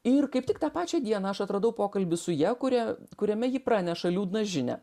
ir kaip tik tą pačią dieną aš atradau pokalbį su ja kurie kuriame ji praneša liūdną žinią